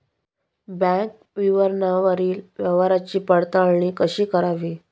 Bank विवरणावरील व्यवहाराची पडताळणी कशी करावी?